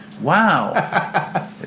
wow